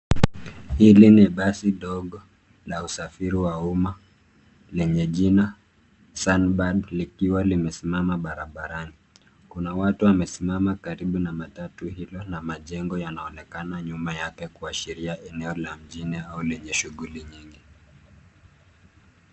Hili ni basi dogo la usafiri wa umma lenye jina Sunbird likiwa lime simama barabarani kuna watu wame simama karibu na matatu hilo na majengo yanaonekana nyuma yake kuashiria eneo la mjini au lenye shughuli nyingi.